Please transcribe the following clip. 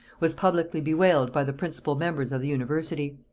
was publicly bewailed by the principal members of the university.